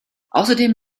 außerdem